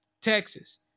Texas